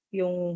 yung